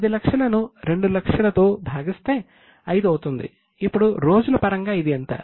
10 లక్షల ను 2 లక్షల తో భాగిస్తే 5 అవుతుంది ఇప్పుడు రోజుల పరంగా ఇది ఎంత